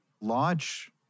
launch